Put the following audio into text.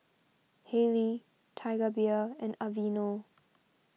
Haylee Tiger Beer and Aveeno